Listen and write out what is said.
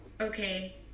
okay